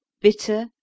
bitter